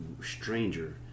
stranger